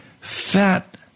fat